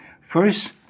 first